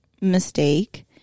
mistake